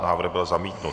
Návrh byl zamítnut.